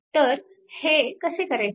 तर हे कसे करायचे